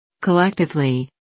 Collectively